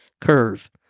curve